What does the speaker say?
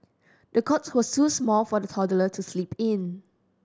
the cot was too small for the toddler to sleep in